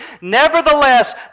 Nevertheless